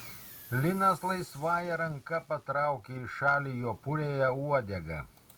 linas laisvąja ranka patraukia į šalį jo puriąją uodegą